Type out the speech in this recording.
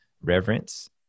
reverence